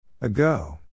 Ago